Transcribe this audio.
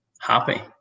happy